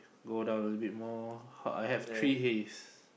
go down a little bit more I have three haze